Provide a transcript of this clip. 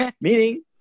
meaning